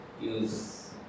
Use